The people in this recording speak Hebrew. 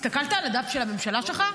הסתכלת על הדף של הממשלה שלך?